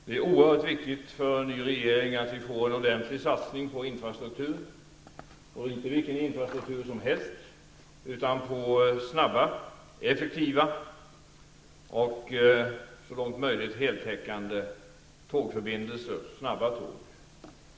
Det är oerhört viktigt för en ny regering att vi får en ordentlig satsning på infrastruktur, och inte vilken infrastruktur som helst, utan på snabba, effektiva och så långt möjligt är heltäckande tågförbindelser med kontinenten.